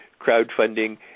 crowdfunding